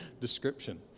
description